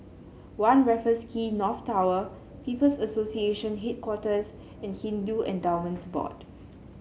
One Raffles Quay North Tower People's Association Headquarters and Hindu Endowments Board